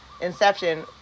inception